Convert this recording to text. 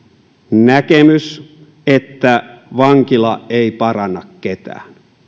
näkemys että vankila ei paranna ketään